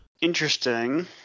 Interesting